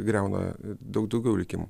griauna daug daugiau likimų